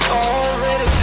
already